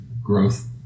Growth